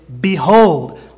behold